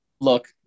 Look